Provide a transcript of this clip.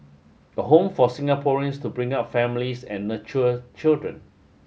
a home for Singaporeans to bring up families and nurture children